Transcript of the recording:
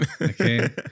Okay